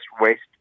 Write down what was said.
waste